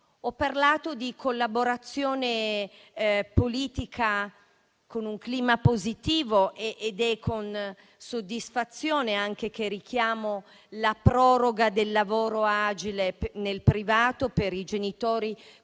Ho parlato di collaborazione politica in un clima positivo ed è con soddisfazione che richiamo anche la proroga del lavoro agile nel privato per i genitori